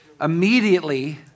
immediately